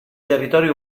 territori